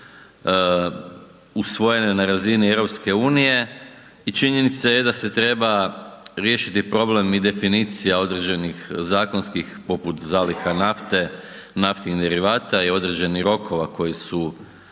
usvojene na razini EU i činjenica je da se treba riješiti problem i definicija određenih zakonskih poput zaliha nafte, naftnih derivata i određenih rokova koji su